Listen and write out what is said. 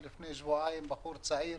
ולפני שבועיים בחור צעיר